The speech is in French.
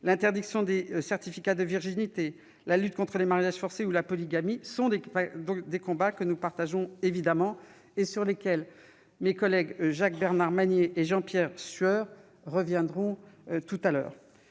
L'interdiction des certificats de virginité, la lutte contre les mariages forcés ou la polygamie sont des combats que nous partageons évidemment et sur lesquels mes collègues Jacques-Bernard Magner et Jean-Pierre Sueur reviendront tout à l'heure.